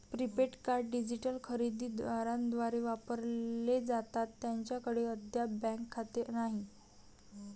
prepaid card digital खरेदी दारांद्वारे वापरले जातात ज्यांच्याकडे अद्याप बँक खाते नाही